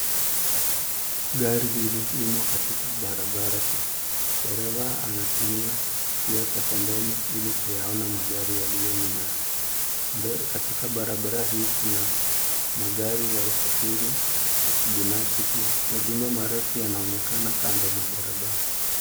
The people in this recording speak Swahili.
Gari hili limo katika barabara kuu. Dereva anatumia kioo cha pembeni ili kuyaona magari yaliyo nyuma yake. Katika barabara hii kuna magari ya usafiri wa kibinafsi pia. Majumba marefu yanaonekana kando mwa barabara.